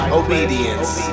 obedience